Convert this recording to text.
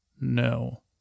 No